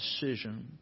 decision